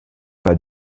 pas